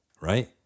right